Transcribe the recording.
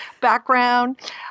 background